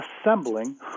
assembling